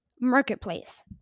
Marketplace